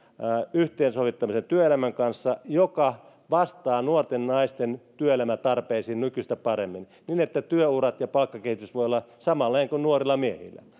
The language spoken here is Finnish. yhteensovittamisen työelämän kanssa joka vastaa nuorten naisten työelämätarpeisiin nykyistä paremmin niin että työurat ja palkkakehitys voivat olla samanlaisia kuin nuorilla miehillä